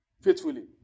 Faithfully